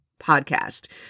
podcast